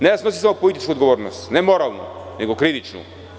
Ne mora da snosi samo političku odgovornost, ne moralnu, nego krivičnu.